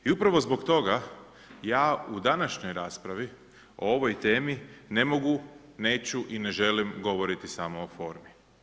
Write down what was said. I upravo zbog toga ja u današnjoj raspravi o ovoj temi ne mogu, neću i ne želim govoriti samo o formi.